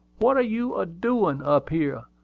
what are you a-doin' up here?